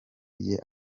rye